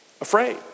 afraid